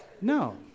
No